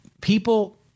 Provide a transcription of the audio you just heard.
People